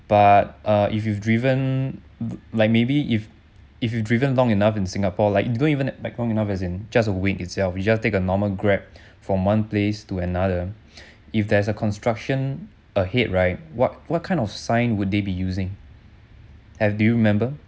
but uh if you've driven like maybe if if you driven long enough in singapore like you don't even long enough as in just a week itself you just take a normal grab from one place to another if there's a construction ahead right what what kind of sign would they be using have do you remember